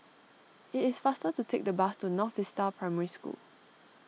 it is faster to take the bus to North Vista Primary School